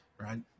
right